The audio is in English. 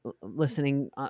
listening